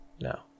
No